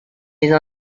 des